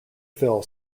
phil